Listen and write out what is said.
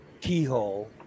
keyhole